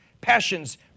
passions